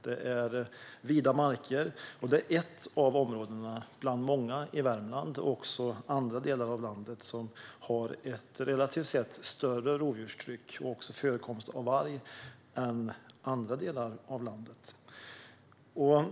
Det är vida marker, och det är ett av många områden i Värmland - och även i andra delar av landet - som har ett relativt sett större rovdjurstryck, och även större förekomst av varg, än andra delar av landet.